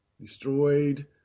destroyed